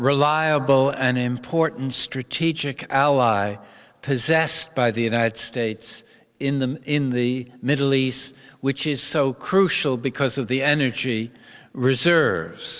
reliable and important strategic ally possessed by the united states in the in the middle east which is so crucial because of the energy reserves